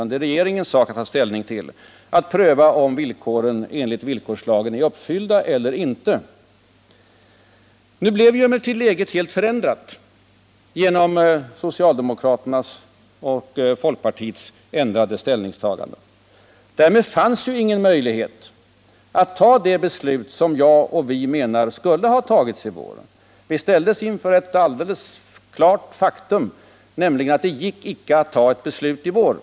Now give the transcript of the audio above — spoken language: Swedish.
Det är regeringens sak att pröva om villkoren enligt villkorslagen är uppfyllda. Nu blev emellertid läget helt förändrat genom socialdemokraternas och folkpartiets ändrade ställningstagande. Därmed fanns ingen möjlighet att fatta det beslut som vi menar borde ha fattats i vår. Vi ställdes inför ett fullbordat faktum, nämligen att det inte gick att fatta ett beslut i vår.